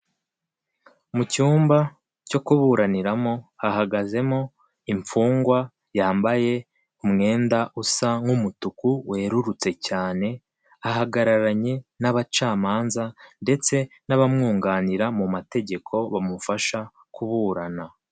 Mu cyumba cyo kuburaniramo hahagazemo imfungwa yambaye umwenda usa nk'umutuku werurutse cyane, ahagararanye n'abacamanza ndetse n'abamwunganira mu mategeko bamufasha kuburana.